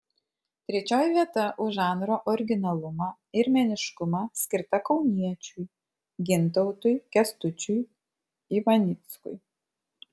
trečioji vieta už žanro originalumą ir meniškumą skirta kauniečiui gintautui kęstučiui ivanickui